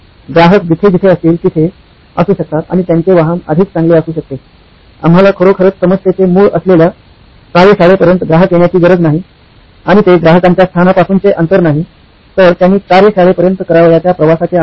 ग्राहक जिथे जिथे असतील तिथे असू शकतात आणि त्यांचे वाहन अधिक चांगले असू शकते आम्हाला खरोखरच समस्येचे मूळ असलेल्या कार्यशाळेपर्यंत ग्राहक येण्याची गरज नाही आणि ते ग्राहकांच्या स्थानापासून चे अंतर नाही तर त्यांनी कार्य शाळेपर्यंत कारवायच्या प्रवासाचे अंतर आहे